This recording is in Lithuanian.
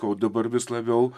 o dabar vis labiau